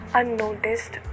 unnoticed